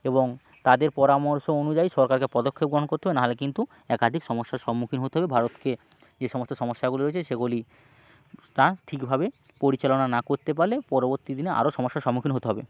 এবং তাদের পরামর্শ অনুযায়ী সরকারকে পদক্ষেপ গ্রহণ করতে হবে নাহলে কিন্তু একাধিক সমস্যার সম্মুখীন হতে হবে ভারতকে যে সমস্ত সমস্যাগুলো রয়েছে সেগুলি তা ঠিকভাবে পরিচালনা না করতে পারলে পরবর্তী দিনে আরো সমস্যার সম্মুখীন হতে হবে